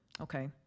Okay